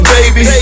Baby